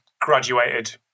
graduated